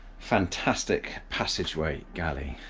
fantastic. passageway galley,